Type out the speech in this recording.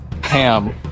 ham